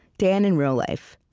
dan in real life.